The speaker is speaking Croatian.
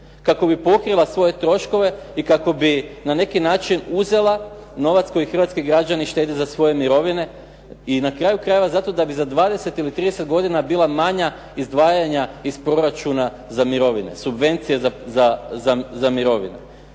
kako bi pokrila svoje troškove i kako bi na neki način uzela novac koji hrvatski građani štede za svoje mirovine. I na kraju krajeva zato da bi za 20 ili 30 godina bila manja izdvajanja iz proračuna za mirovine, subvencije za mirovine.